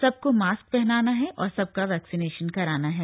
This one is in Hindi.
सबको मास्क पहनाना है और सबका वैक्सीनेशन कराना है